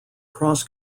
cross